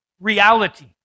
reality